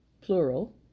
plural